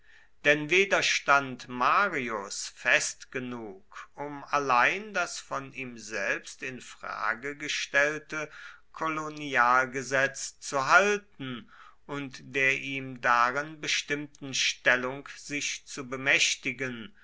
denn weder stand marius fest genug um allein das von ihm selbst in frage gestellte kolonialgesetz zu halten und der ihm darin bestimmten stellung sich zu bemächtigen